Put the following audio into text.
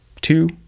two